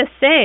say